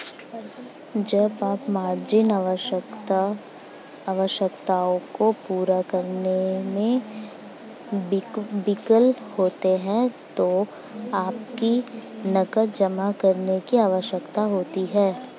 जब आप मार्जिन आवश्यकताओं को पूरा करने में विफल होते हैं तो आपको नकद जमा करने की आवश्यकता होती है